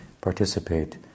participate